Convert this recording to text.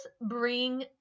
bring